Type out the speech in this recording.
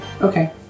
Okay